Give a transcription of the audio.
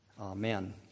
Amen